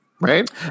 Right